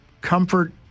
comfort